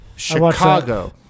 Chicago